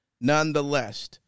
Nonetheless